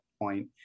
point